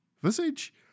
Visage